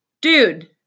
dude